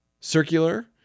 circular